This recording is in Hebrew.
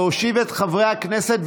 להושיב את חברי הכנסת,